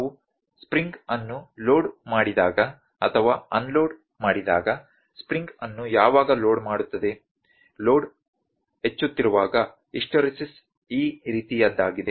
ನಾವು ಸ್ಪ್ರಿಂಗ್ ಅನ್ನು ಲೋಡ್ ಮಾಡಿದಾಗ ಅಥವಾ ಅನ್ಲೋಡ್ ಮಾಡಿದಾಗ ಸ್ಪ್ರಿಂಗ್ ಅನ್ನು ಯಾವಾಗ ಲೋಡ್ ಮಾಡುತ್ತದೆ ಲೋಡ್ ಹೆಚ್ಚುತ್ತಿರುವಾಗ ಹಿಸ್ಟರೆಸಿಸ್ ಈ ರೀತಿಯದ್ದಾಗಿದೆ